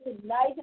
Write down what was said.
tonight